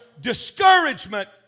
Discouragement